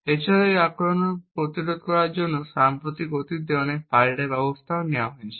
এছাড়াও এই আক্রমণ প্রতিরোধ করার জন্য সাম্প্রতিক অতীতে অনেক পাল্টা ব্যবস্থা নেওয়া হয়েছে